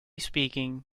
speaking